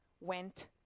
went